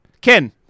Ken